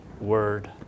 word